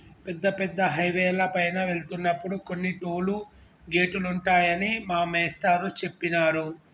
పెద్ద పెద్ద హైవేల పైన వెళ్తున్నప్పుడు కొన్ని టోలు గేటులుంటాయని మా మేష్టారు జెప్పినారు